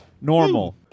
normal